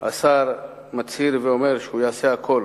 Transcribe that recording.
השר מצהיר ואומר שהוא יעשה הכול,